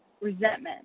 resentment